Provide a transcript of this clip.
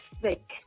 sick